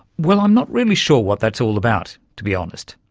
well, i'm not really sure what that's all about, to be honest.